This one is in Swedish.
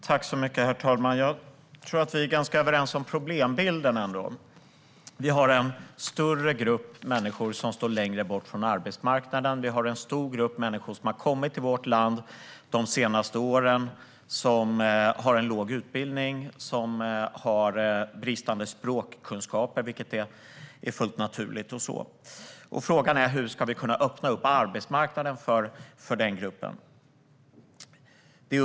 Herr talman! Jag tror ändå att vi är ganska överens om problembilden. Vi har en större grupp människor som står långt bort från arbetsmarknaden. Vi har en stor grupp människor som har kommit till vårt land de senaste åren och som har låg utbildning, bristande språkkunskaper - vilket är fullt naturligt - och så vidare. Frågan är hur vi ska kunna öppna arbetsmarknaden för den gruppen.